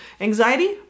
anxiety